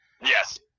Yes